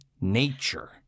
nature